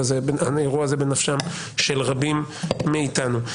האירוע הזה הוא בנפשם של רבים מאיתנו.